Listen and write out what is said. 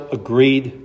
agreed